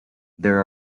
there